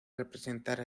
representar